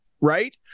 right